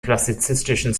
klassizistischen